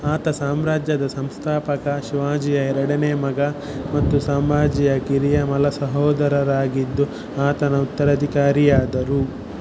ಆತ ಸಾಮ್ರಾಜ್ಯದ ಸಂಸ್ಥಾಪಕ ಶಿವಾಜಿಯ ಎರಡನೇ ಮಗ ಮತ್ತು ಸಂಭಾಜಿಯ ಕಿರಿಯ ಮಲ ಸಹೋದರರಾಗಿದ್ದು ಆತನ ಉತ್ತರಾಧಿಕಾರಿಯಾದರು